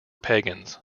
pagans